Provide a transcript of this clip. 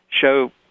show